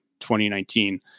2019